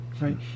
right